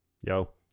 Yo